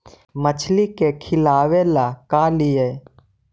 मछली के खिलाबे ल का लिअइ?